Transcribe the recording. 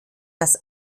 dass